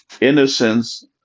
innocence